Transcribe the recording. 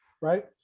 right